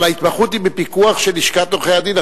אבל ההתמחות היא בפיקוח של לשכת עורכי-הדין.